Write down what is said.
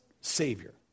Savior